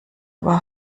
war